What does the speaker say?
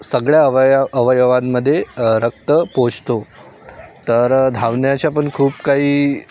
सगळ्या अवय अवयवांमध्ये रक्त पोचतो तर धावण्याच्या पण खूप काही